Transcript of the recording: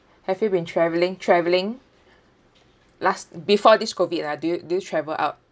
have you been travelling travelling last before this COVID lah do you do you travel out